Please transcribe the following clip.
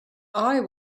eye